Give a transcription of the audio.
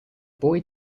boy